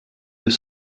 deux